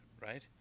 right